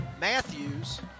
Matthews